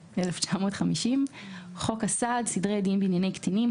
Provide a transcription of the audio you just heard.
התש"י-1950 ; (ב)חוק הסעד (סדרי דין בענייני קטינים,